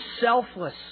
selfless